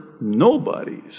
nobodies